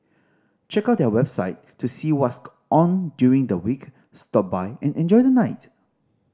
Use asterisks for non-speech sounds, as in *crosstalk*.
check out their website to see *unintelligible* on during the week stop by and enjoy the night